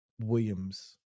Williams